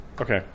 Okay